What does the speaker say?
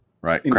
right